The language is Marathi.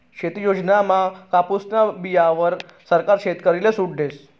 शेती योजनामा कापुसना बीयाणावर सरकार शेतकरीसले सूट देस